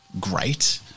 great